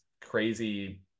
crazy